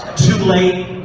too late!